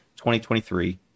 2023